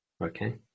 Okay